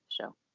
show